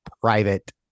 private